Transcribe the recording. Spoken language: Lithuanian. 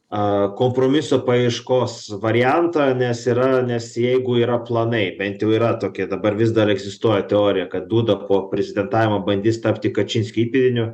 a kompromiso paieškos variantą nes yra nes jeigu yra planai bent jau yra tokie dabar vis dar egzistuoja teorija kad dūda po prezidentavimo bandys tapti kačinskio įpėdiniu